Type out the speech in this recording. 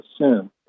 assume